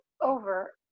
over